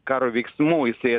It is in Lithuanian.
karo veiksmų jisai